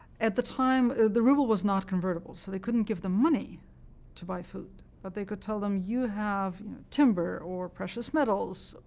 at the time, the ruble was not convertible, so they couldn't give them money to buy food. but they could tell them, you have timber or precious metals,